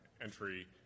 entry